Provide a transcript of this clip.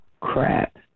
crap